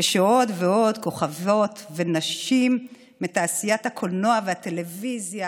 כשעוד ועוד כוכבות ונשים מתעשיית הקולנוע והטלוויזיה